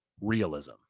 realism